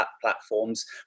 platforms